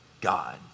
god